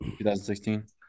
2016